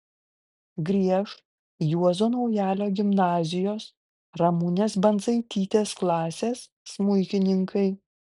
grieš juozo naujalio gimnazijos ramunės bandzaitytės klasės smuikininkai